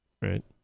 Right